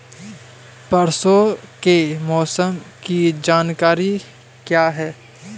परसों के मौसम की जानकारी क्या है?